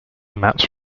maps